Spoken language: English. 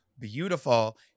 beautiful